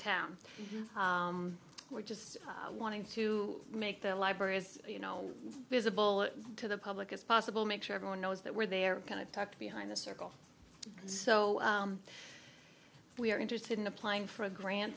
town we're just wanting to make their libraries you know visible to the public as possible make sure everyone knows that we're there kind of tucked behind the circle so we're interested in applying for a grant